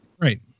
right